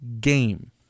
game